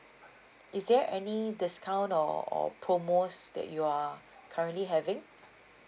is there any discount or or promos that you are currently having